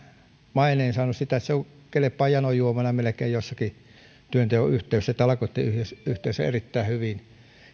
maineen että se kelpaa janojuomana melkein jossakin työnteon yhteydessä talkoiden yhteydessä erittäin hyvin